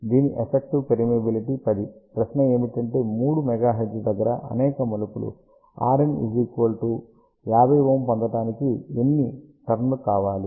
దీని effective permeability 10 ప్రశ్న ఏమిటంటే 3 MHz దగ్గర అనేక మలుపులు Rin 50Ω పొందటానికి ఎన్ని టర్న్స్ కావాలి